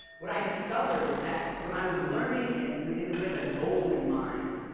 what i discovered was that when i was learning and with with a goal in mind,